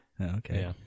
Okay